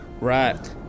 Right